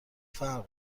فرق